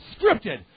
Scripted